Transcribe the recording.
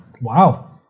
Wow